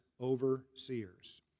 overseers